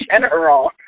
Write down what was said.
general